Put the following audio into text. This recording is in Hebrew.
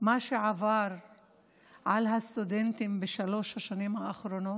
מה שעבר על הסטודנטים בשלוש השנים האחרונות?